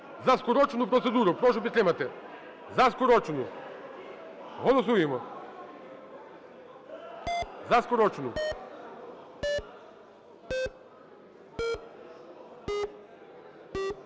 За скорочену процедуру. Прошу підтримати. За скорочену. Голосуємо. За скорочену.